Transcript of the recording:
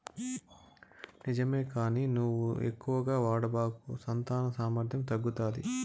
నిజమే కానీ నువ్వు ఎక్కువగా వాడబాకు సంతాన సామర్థ్యం తగ్గుతాది